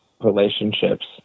relationships